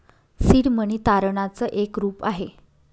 seed money तारणाच एक रूप आहे